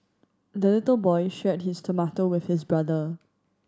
the little boy shared his tomato with his brother